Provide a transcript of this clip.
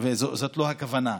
זאת לא הכוונה.